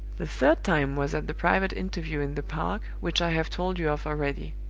the third time was at the private interview in the park, which i have told you of already.